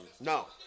No